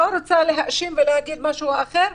אני לא רוצה להאשים ולהגיד משהו אחר.